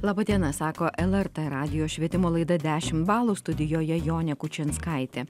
laba diena sako lrt radijo švietimo laida dešimt balų studijoje jonė kučinskaitė